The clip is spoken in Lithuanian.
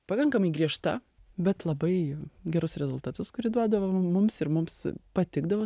pakankamai griežta bet labai gerus rezultatus kuri duodavo mums ir mums patikdavo